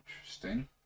Interesting